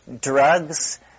drugs